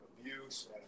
abuse